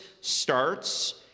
starts